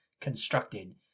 constructed